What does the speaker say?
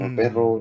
pero